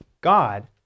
God